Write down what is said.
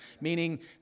meaning